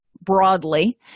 broadly